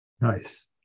Nice